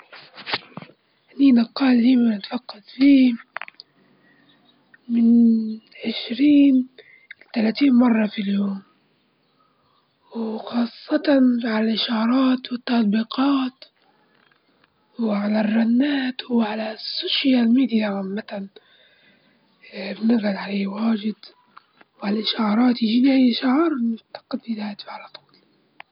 إيه نقدر نسبح ونقدر نركب دراجة تعلمت السباحة من وأنا عندي سبع سنين كنت نغطش فترة قصيرة تحت المية وجعدت اسبوعين عشان نتعلم، أإما الدراجة اتعلمتها من وأنا صغيرة من بعد يمكن في يومين اجدرت نمشي عليها.